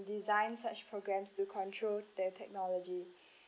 the designs such programs to control the technology